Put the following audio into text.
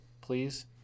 please